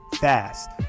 fast